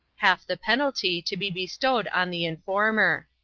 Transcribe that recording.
half the penalty to be bestowed on the informer.